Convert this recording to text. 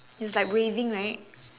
it's like waving right